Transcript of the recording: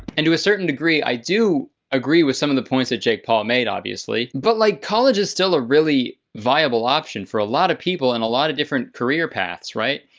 and to a certain degree, i do agree with some of the points that jake paul made obviously. but like college is still a really viable option for a lot of people in and a lot of different career paths, right?